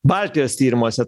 baltijos tyrimuose